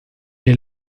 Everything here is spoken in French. est